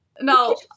no